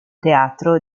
teatro